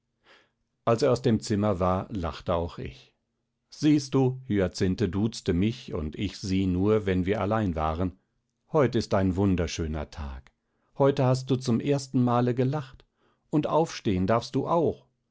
als er aus dem zimmer war lachte auch ich siehst du hyacinthe duzte mich und ich sie nur wenn wir allein waren heut ist ein wunderschöner tag heut hast du zum ersten male gelacht und aufstehen darfst du auch